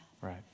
Right